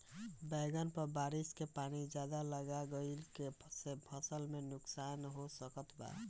बैंगन पर बारिश के पानी ज्यादा लग गईला से फसल में का नुकसान हो सकत बा?